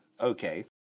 Okay